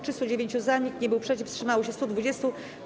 309 - za, nikt nie był przeciw, wstrzymało się 120.